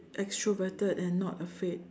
extroverted and not afraid